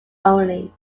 only